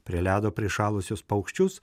prie ledo prišalusius paukščius